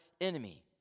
enemy